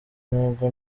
n’ubwo